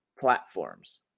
platforms